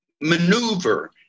maneuver